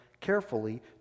carefully